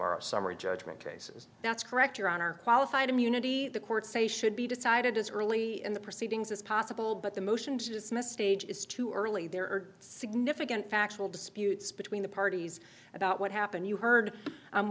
summary judgment cases that's correct your honor qualified immunity the court's say should be decided as early in the proceedings as possible but the motion to dismiss stage is too early there are significant factual disputes between the parties about what happened you heard